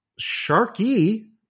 Sharky